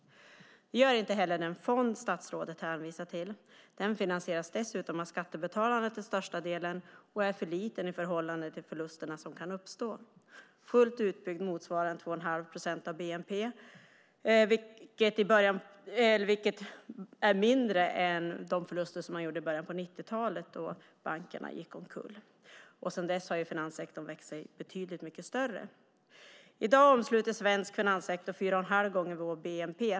Det gör inte heller den fond som statsrådet hänvisar till. Den finansieras dessutom till största delen av skattebetalarna och är för liten i förhållande till förlusterna som kan uppstå. Fullt utbyggd motsvarar den 2 1⁄2 procent av bnp, vilket är mindre än de förluster man gjorde i början av 90-talet då bankerna gick omkull. Sedan dess har finanssektorn växt sig betydligt mycket större. I dag omsluter svensk finanssektor 4 1⁄2 gång vår bnp.